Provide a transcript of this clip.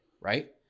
right